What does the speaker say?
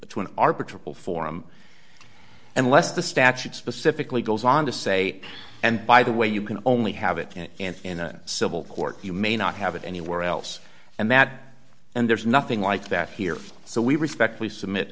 the to an arbitrary form unless the statute specifically goes on to say and by the way you can only have it and in a civil court you may not have it anywhere else and that and there's nothing like that here so we respectfully submit